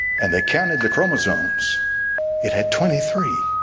and they counted the chromosomes it had twenty three